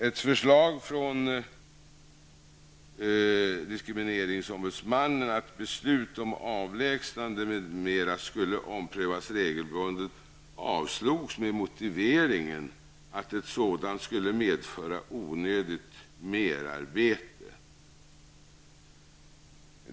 Ett förslag från diskrimineringsombudsmannen om att ett beslut om avlägsnande m.m. skall omprövas regelbundet avslås med motiveringen att en sådan ordning skulle medföra ''onödigt merarbete''.